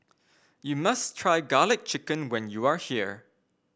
you must try garlic chicken when you are here